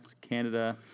Canada